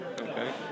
Okay